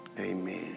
Amen